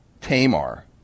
tamar